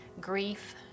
Grief